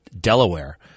Delaware